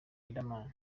riderman